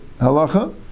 halacha